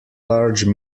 large